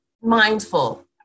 mindful